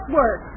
work